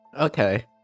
Okay